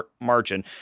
margin